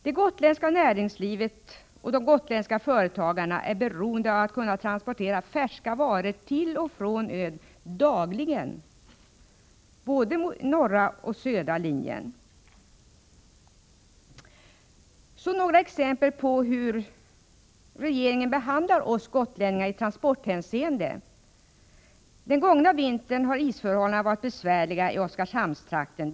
Det gotländska näringslivet och de gotländska företagarna är beroende av att kunna transportera färska varor till och från ön dagligen, på både den norra och den södra linjen. Så några exempel på hur regeringen behandlar oss gotlänningar i transporthänseende. Den gångna vintern har isförhållandena som bekant varit besvärliga i Oskarshamnstrakten.